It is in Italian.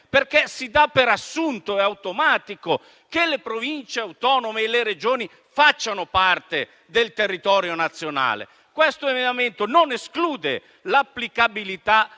Si dà per assunto ed è automatico che le Province autonome e le Regioni facciano parte del territorio nazionale. Il testo dell'articolo 1 non esclude l'applicabilità